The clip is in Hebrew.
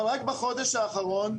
אבל רק בחודש האחרון,